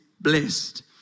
blessed